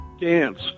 dance